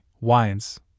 wines